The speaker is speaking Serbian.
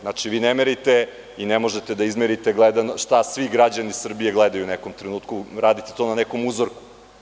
Znači, vi ne merite i ne možete da izmerite šta svi građani Srbije gledaju u nekom trenutku, radite to na nekom uzorku.